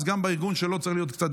אז גם בארגון שלו צריכה להיות קצת